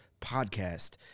podcast